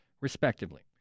respectively